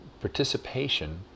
participation